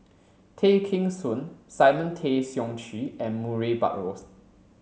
Tay Kheng Soon Simon Tay Seong Chee and Murray Buttrose